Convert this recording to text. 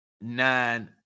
nine